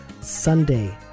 Sunday